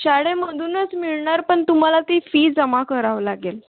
शाळेमधूनच मिळणार पण तुम्हाला ती फी जमा करावं लागेल